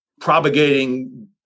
propagating